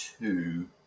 two